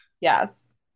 Yes